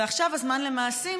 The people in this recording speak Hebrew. ועכשיו הזמן למעשה,